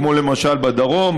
כמו למשל בדרום,